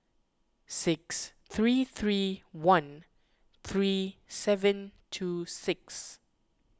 six three three one three seven two six